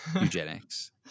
eugenics